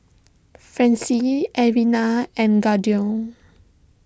Francis Alwina and